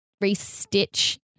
re-stitch